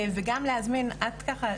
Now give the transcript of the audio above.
את ככה,